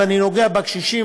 ואני נוגע בקשישים,